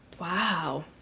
Wow